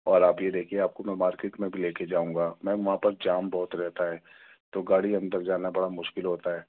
اور آپ یہ دیکھیے آپ کو میں مارکیٹ میں بھی لے کے جاؤں گا میم وہاں پر جام بہت رہتا ہے تو گاڑی اندر جانا بڑا مشکل ہوتا ہے